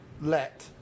let